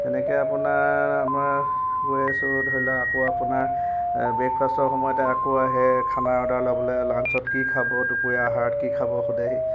তেনেকৈ আপোনাৰ আমাৰ গৈ আছো ধৰি লওক আকৌ আপোনাৰ এ ব্ৰেকফাষ্টৰ সময়তে আকৌ আহে খানা অৰ্ডাৰ ল'বলৈ লান্সত কি খাব দুপৰীয়াৰ আহাৰত কি খাব সোধেহি